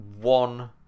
one